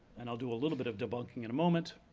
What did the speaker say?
and i'll do a little bit of debunking in a moment,